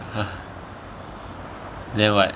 !huh! then what